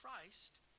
Christ